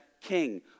king